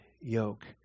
yoke